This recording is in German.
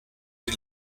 die